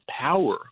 power